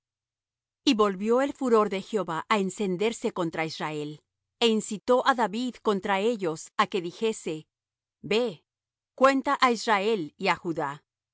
y volvio el furor de jehová á encenderse contra israel é incitó á david contra ellos á que dijese ve cuenta á israel y á judá